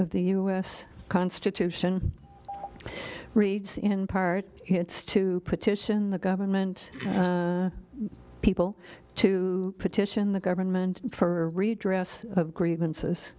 of the u s constitution reads in part it's to petition the government people to petition the government for redress of grievances